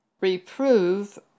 Reprove